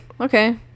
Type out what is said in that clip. okay